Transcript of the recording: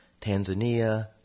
Tanzania